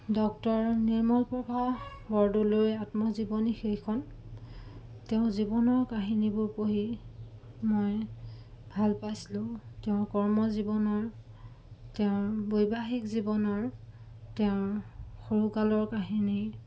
doctor Nirmal Prabha Bordoloi আত্মজীৱনী সেইখন তেওঁ জীৱনৰ কাহিনীবোৰ পঢ়ি মই ভাল পাইছিলোঁ তেওঁৰ কৰ্মজীৱনৰ তেওঁৰ বৈবাহিক জীৱনৰ তেওঁৰ সৰু কালৰ কাহিনী